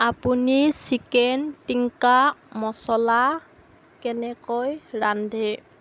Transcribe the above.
আপুনি চিকেন টিক্কা মছলা কেনেকৈ ৰান্ধে